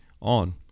on